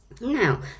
Now